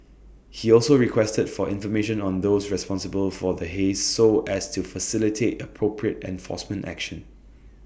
he also requested for information on those responsible for the haze so as to facilitate appropriate enforcement action